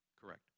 Correct